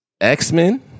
X-Men